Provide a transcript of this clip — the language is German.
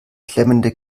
klemmende